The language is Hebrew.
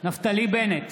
נפתלי בנט,